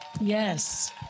Yes